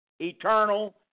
eternal